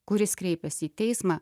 kuris kreipiasi į teismą